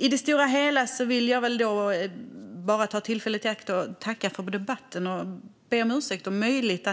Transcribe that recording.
I det stora hela vill jag bara ta tillfället i akt att tacka för debatten och be om ursäkt om jag möjligen